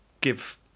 give